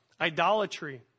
idolatry